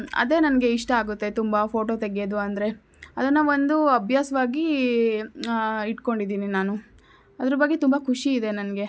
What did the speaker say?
ಅದೇ ನನಗೆ ಇಷ್ಟ ಆಗುತ್ತೆ ತುಂಬ ಫೋಟೋ ತೆಗೆಯೋದು ಅಂದರೆ ಅದನ್ನು ಒಂದು ಅಭ್ಯಾಸವಾಗಿ ಇಟ್ಕೊಂಡಿದ್ದೀನಿ ನಾನು ಅದ್ರ ಬಗ್ಗೆ ತುಂಬ ಖುಷಿ ಇದೆ ನನಗೆ